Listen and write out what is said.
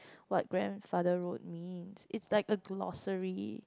what grandfather road means it's like a glossary